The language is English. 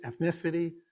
ethnicity